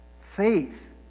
Faith